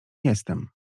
jestem